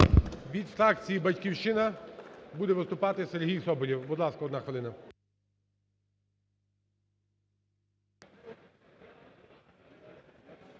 Від фракції "Батьківщина" буде виступати Сергій Соболєв, будь ласка, одна хвилина.